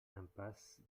impasse